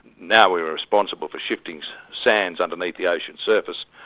now we are responsible for shifting sands underneath the ocean's surface,